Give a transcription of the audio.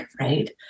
right